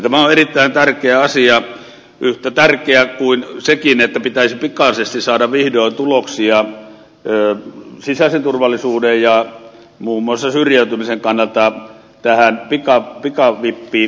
tämä on erittäin tärkeä asia yhtä tärkeä kuin sekin että pitäisi pikaisesti saada vihdoin tuloksia sisäisen turvallisuuden ja muun muassa syrjäytymisen kannalta tähän pikavippijärjestelmään